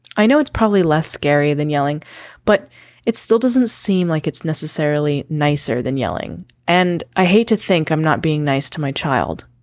i know it's probably less scary than yelling but it still doesn't seem like it's necessarily nicer than yelling and i hate to think i'm not being nice to my child.